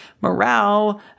morale